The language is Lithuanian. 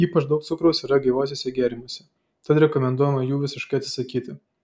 ypač daug cukraus yra gaiviuosiuose gėrimuose tad rekomenduojama jų visiškai atsisakyti